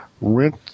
rent